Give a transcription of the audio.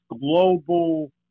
global